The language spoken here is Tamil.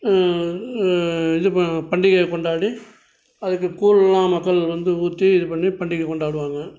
இது ப பண்டிகை கொண்டாடி அதுக்கு கூழலாம் மக்கள் வந்து ஊற்றி இதுப்பண்ணி பண்டிகை கொண்டாடுவாங்க